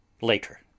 Later